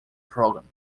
program